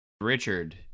Richard